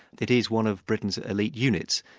it is one of britain's elite units,